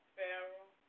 Pharaoh